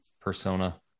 persona